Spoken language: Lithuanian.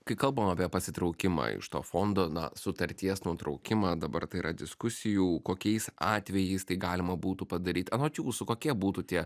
kai kalbam apie pasitraukimą iš to fondo na sutarties nutraukimą dabar tai yra diskusijų kokiais atvejais tai galima būtų padaryt anot jūsų kokie būtų tie